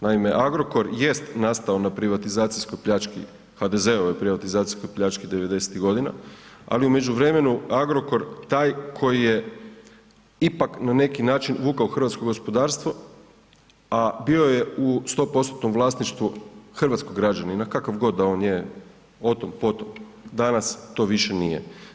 Naime, Agrokor jest nastao na privatizacijskoj pljački, HDZ-ovoj privatizacijskoj pljački '90.-tih godina, ali u međuvremenu Agrokor taj koji je ipak na neki način vukao hrvatsko gospodarstvo, a bio je u 100%-tnom vlasništvu hrvatskog građanina kakav god da on je o tom potom, danas to više nije.